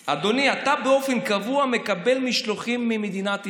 אדוני, אתה באופן קבוע מקבל משלוחים ממדינת ישראל,